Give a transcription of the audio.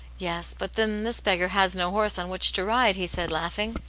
yes but then this beggar has no horse on which to ride, he said, laughing.